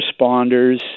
responders